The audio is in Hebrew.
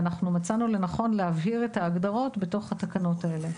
ואנחנו מצאנו לנכון להבהיר את ההגדרות בתוך התקנות האלה.